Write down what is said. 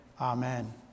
Amen